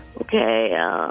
okay